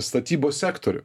statybos sektorių